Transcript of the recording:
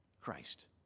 Christ